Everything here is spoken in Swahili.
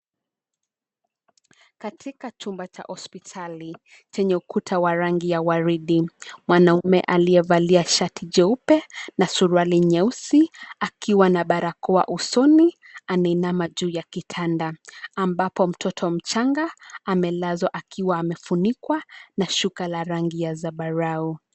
Katika chumba cha hospitali chenye ukuta wa rangi ya waridi. Mwanaume aliyevalia shati jeupe na suruali nyeusi, akiwa na barakoa usoni . Anainama juu ya kitanda, ambapo mtoto mchanga amelazwa akiwa amefunikwa na shuka la rangi ya zambarau.